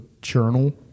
journal